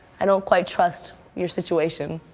i don't quite trust your situation.